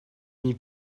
mis